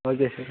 okay sir